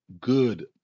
good